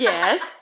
Yes